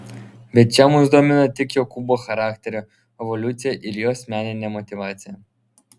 bet čia mus domina tik jokūbo charakterio evoliucija ir jos meninė motyvacija